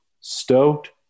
stoked